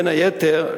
בין היתר,